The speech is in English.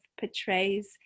portrays